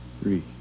Three